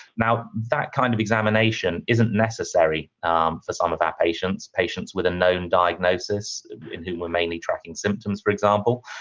now that kind of examination isn't necessary um for some of our patients, patients with a known diagnosis in whom we're mainly tracking symptoms, for example.